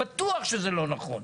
בטוח שזה לא נכון.